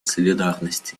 солидарности